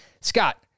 Scott